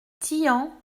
tian